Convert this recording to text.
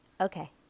okay